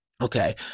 Okay